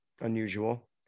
unusual